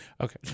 Okay